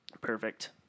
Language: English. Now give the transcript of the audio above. Perfect